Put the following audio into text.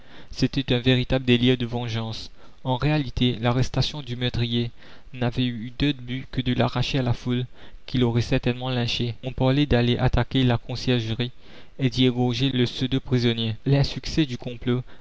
un véritable délire de vengeance en réalité l'arrestation du meurtrier n'avait eu d'autre but que de l'arracher à la foule qui l'aurait certainement lynché on parlait d'aller attaquer la conciergerie et d'y égorger le pseudo prisonnier l'insuccès du complot